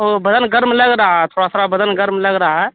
او بدن گرم لگ رہا ہے تھوڑا تھوا بدن گرم لگ رہا ہے